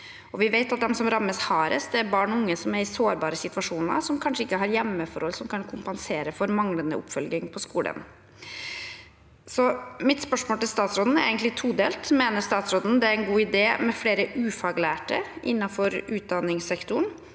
Vi vet at de som rammes hardest, er barn og unge som er i sårbare situasjoner, som kanskje ikke har hjemmeforhold som kan kompensere for manglende oppfølging på skolen. Mitt spørsmål til statsråden er egentlig todelt: Mener statsråden det er en god idé med flere ufaglærte innenfor utdanningssektoren,